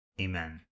Amen